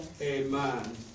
Amen